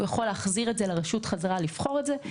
הוא יכול להחזיר את זה לרשות בחזרה לבחון את זה.